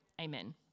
Amen